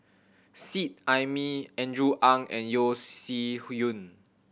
Seet Ai Mee Andrew Ang and Yeo Shih Yun